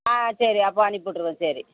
ஆ சரி அப்போது அனுப்பி விட்டுர்வேன் சரி